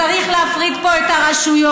צריך להפריד פה את הרשויות,